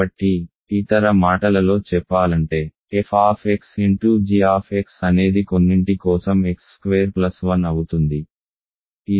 కాబట్టి ఇతర మాటలలో చెప్పాలంటే f gx అనేది కొన్నింటి కోసం x స్క్వేర్ ప్లస్ 1 అవుతుంది